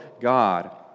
God